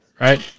right